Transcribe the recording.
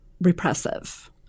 repressive